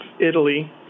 Italy